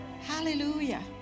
Hallelujah